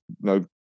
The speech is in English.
No